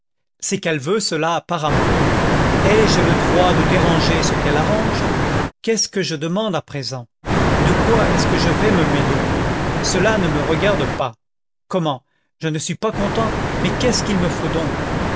c'est qu'elle veut cela apparemment ai-je le droit de déranger ce qu'elle arrange qu'est-ce que je demande à présent de quoi est-ce que je vais me mêler cela ne me regarde pas comment je ne suis pas content mais qu'est-ce qu'il me faut donc